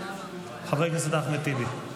חבר הכנסת אחמד טיבי.